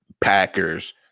Packers